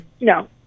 No